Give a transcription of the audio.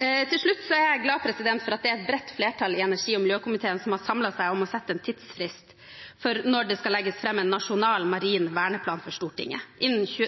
Til slutt er jeg glad for at det er et bredt flertall i energi- og miljøkomiteen som har samlet seg om å sette en tidsfrist for når det skal legges fram en nasjonal marin verneplan for Stortinget,